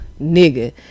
nigga